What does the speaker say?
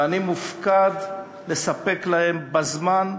ואני מופקד לספק להם זאת בזמן,